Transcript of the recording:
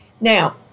Now